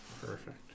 Perfect